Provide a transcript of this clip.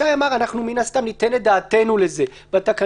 שי אמר, אנחנו מן הסתם ניתן את דעתנו לזה בתקנות.